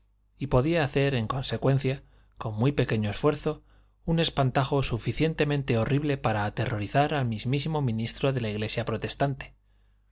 y podía hacer en consecuencia con muy pequeño esfuerzo un espantajo suficientemente horrible para aterrorizar al mismísimo ministro de la iglesia protestante